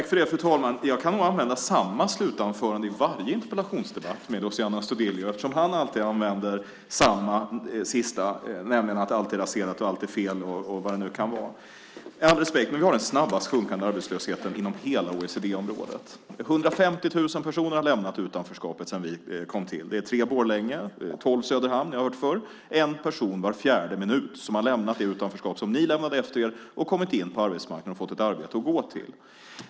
Fru talman! Jag kan nog använda samma slutanförande i varje interpellationsdebatt med Luciano Astudillo, eftersom han alltid använder samma slutinlägg, nämligen att allt är raserat och allt är fel och vad det nu kan vara. Vi har den snabbast sjunkande arbetslösheten inom hela OECD-området. 150 000 personer har lämnat utanförskapet sedan vi kom till makten. Det motsvarar tre Borlänge eller tolv Söderhamn - det har ni hört förr. En person var fjärde minut har lämnat det utanförskap som ni lämnade efter er, kommit in på arbetsmarknaden och fått ett arbete att gå till.